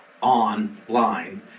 online